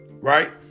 Right